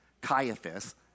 Caiaphas